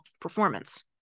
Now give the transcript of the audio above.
performance